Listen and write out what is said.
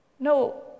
No